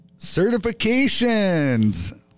certifications